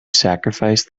sacrifice